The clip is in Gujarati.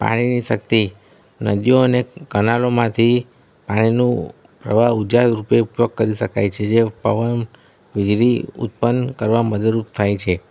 પાણીની શક્તિ નદીઓ અને કેનાલોમાંથી પાણીનું પ્રવાહ ઉર્જા રૂપે ઉપયોગ કરી શકાય છે જે પવન વીજળી ઉત્પન્ન કરવા મદદરૂપ થાય છે